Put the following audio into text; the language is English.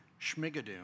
Schmigadoon